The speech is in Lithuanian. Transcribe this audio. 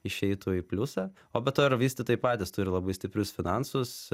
išeitų į pliusą o be to ir vystytojai patys turi labai stiprius finansus